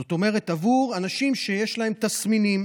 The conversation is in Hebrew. זאת אומרת, עבור אנשים שיש להם תסמינים